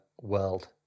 world